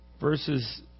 verses